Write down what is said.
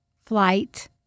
flight